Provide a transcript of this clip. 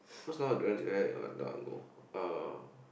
uh